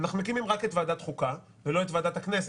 אנחנו מקימים רק את ועדת החוקה ולא את ועדת הכנסת,